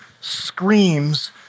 screams